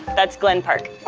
that's glen park.